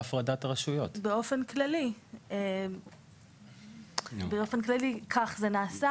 באופן כללי, כך זה נעשה.